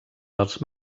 dels